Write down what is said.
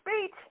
speech